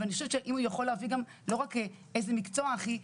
אבל אני חושבת שאם הוא יכול להביא גם לא רק איזה מקצוע הכי,